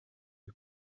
lui